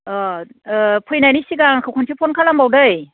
अह ओह फैनायनि सिगां आंखौ खनसे फन खालामबाव दे